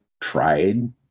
tried